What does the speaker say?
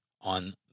on